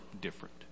different